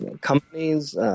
companies –